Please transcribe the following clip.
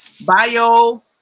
bio